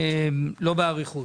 לא באריכות.